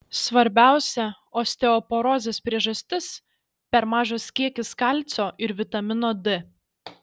svarbiausia osteoporozės priežastis per mažas kiekis kalcio ir vitamino d